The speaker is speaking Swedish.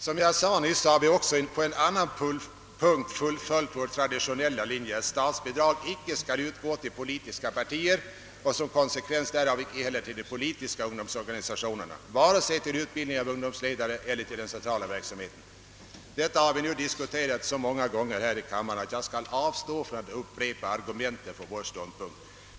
Som jag nyss sade har vi också på en annan punkt fullföljt vår traditionella linje att statsbidrag inte skall utgå till politiska partier och som konsekvens därav icke heller till de politiska ungdomsorganisationerna, vare sig till utbildning av ungdomsledare eller till den centrala verksamheten. Detta har vi diskuterat så många gånger här i kammaren att jag skall avstå från att upprepa argumenten för vår ståndpunkt.